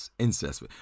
incest